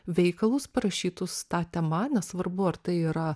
veikalus parašytus ta tema nesvarbu ar tai yra